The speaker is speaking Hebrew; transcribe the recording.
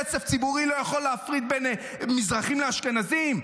כסף ציבורי לא יכול להפריד בין מזרחים לאשכנזים.